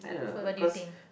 what what do you think